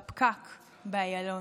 בפקק באיילון.